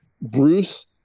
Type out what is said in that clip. Bruce